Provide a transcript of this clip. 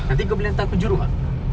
nanti kau boleh hantar aku ke jurong ah